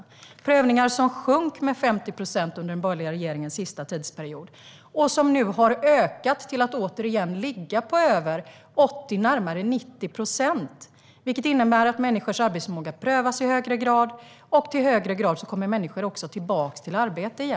Dessa prövningar minskade med 50 procent under den borgerliga regeringens sista mandatperiod och har nu ökat till att återigen ligga på över 80 eller närmare 90 procent, vilket innebär att människors arbetsförmåga prövas i högre grad, och i högre grad kommer människor också tillbaka i arbete.